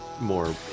more